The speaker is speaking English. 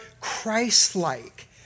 Christ-like